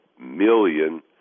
million